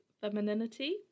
Femininity